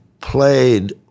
played